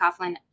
Coughlin